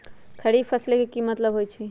खरीफ फसल के की मतलब होइ छइ?